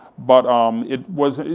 but um it was,